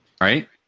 right